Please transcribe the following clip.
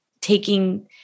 taking